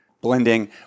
blending